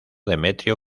demetrio